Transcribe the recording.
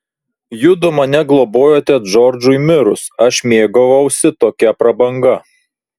judu mane globojote džordžui mirus aš mėgavausi tokia prabanga